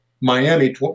Miami